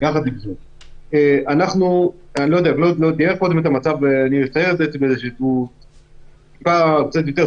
עם זאת, אני אתאר את המצב בצורה קצת יותר ציורית,